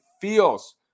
feels